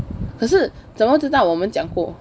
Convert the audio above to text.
可是怎么知道我们讲过